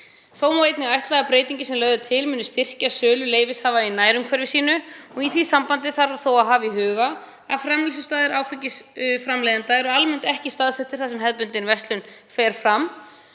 Þá má einnig ætla að breytingin sem lögð er til muni styrkja sölu leyfishafa í nærumhverfi sínu. Í því sambandi þarf þó að hafa í huga að framleiðslustöðvar áfengisframleiðenda eru almennt ekki staðsettar þar sem hefðbundin verslun fer fram.